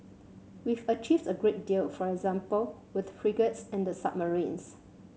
we've achieved a great deal for example with frigates and the submarines